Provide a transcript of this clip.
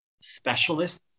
specialists